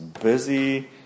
busy